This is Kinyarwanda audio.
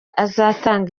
azatanga